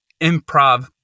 improv